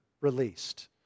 released